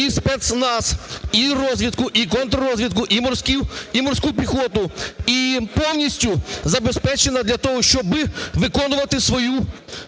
і спецназ, і розвідку, і контррозвідку, і морську піхоту, і повністю забезпечена для того, щоб виконувати свою